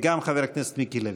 וגם חבר הכנסת מיקי לוי.